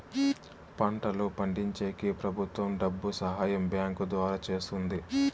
పంటలు పండించేకి ప్రభుత్వం డబ్బు సహాయం బ్యాంకు ద్వారా చేస్తుందా?